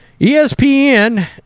ESPN